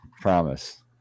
Promise